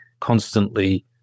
constantly